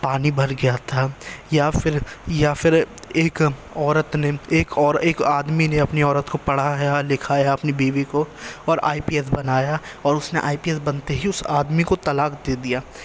پانی بھر گیا تھا یا پھر یا پھر ایک عورت نے ایک اور ایک آدمی نے اپنی عورت کو پڑھایا لکھایا اپنی بیوی کو اور آئی پی ایس بنایا اور اس نے آئی پی ایس بنتے ہی اس آدمی کو طلاق دے دیا